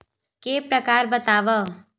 के प्रकार बतावव?